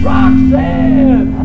Roxanne